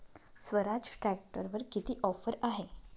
स्वराज ट्रॅक्टरवर किती ऑफर आहे?